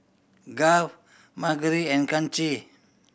Garth Margery and Chancey